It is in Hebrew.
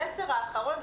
המסר האחרון,